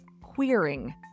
queering